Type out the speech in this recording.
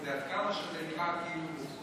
אפשר לבחון את זה, עד כמה שזה נראה כאילו מורכב.